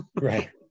Right